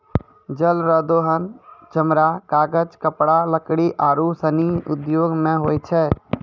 जल रो दोहन चमड़ा, कागज, कपड़ा, लकड़ी आरु सनी उद्यौग मे होय छै